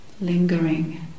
lingering